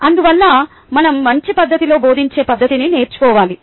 అందువల్ల మనం మంచి పద్ధతిలో బోధించే పద్దతిని నేర్చుకోవాలి